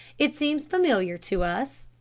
it seems familiar to us,